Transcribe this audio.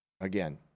again